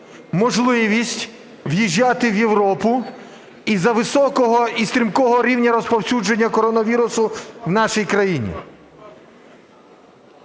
можливість в'їжджати в Європу із-за високого і стрімкого рівня розповсюдження коронавірусу в нашій країні.